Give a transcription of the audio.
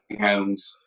Homes